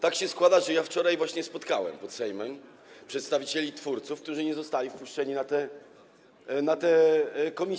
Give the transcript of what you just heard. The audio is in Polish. Tak się składa, że wczoraj właśnie spotkałem pod Sejmem przedstawicieli twórców, którzy nie zostali wpuszczeni na posiedzenie komisji.